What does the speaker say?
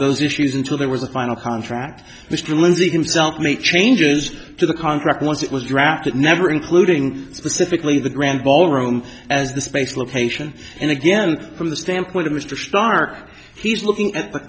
those issues until there was a final contract mr lindsay himself made changes to the contract once it was drafted never including specifically the grand ballroom as the space location and again from the standpoint of mr stark he's looking at the